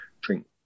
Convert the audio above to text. drink